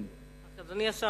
אדוני השר,